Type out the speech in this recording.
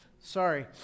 sorry